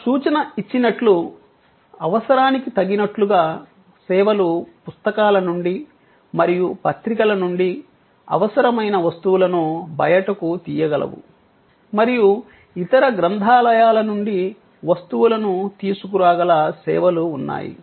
ఒక సూచన ఇచ్చినట్లు అవసరానికి తగినట్లుగా సేవలు పుస్తకాల నుండి మరియు పత్రికల నుండి అవసరమైన వస్తువులను బయటకు తీయగలవు మరియు ఇతర గ్రంథాలయాల నుండి వస్తువులను తీసుకురాగల సేవలు ఉన్నాయి